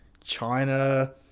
China